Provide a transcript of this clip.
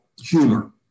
humor